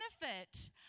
benefit